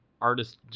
artist